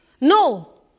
No